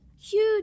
huge